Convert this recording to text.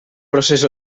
procés